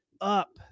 up